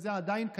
זה עדיין קיים.